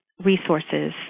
resources